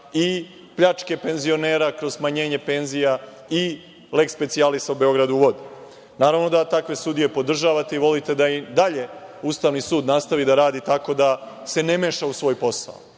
i pljačke penzionera kroz smanjenje penzija, i „leks specijalis“ o „Beogradu na vodi“. Naravno da takve sudije podržavate i volite da i dalje Ustavni sud nastavi da radi tako da se ne meša u svoj posao.